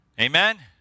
Amen